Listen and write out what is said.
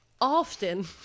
often